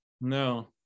no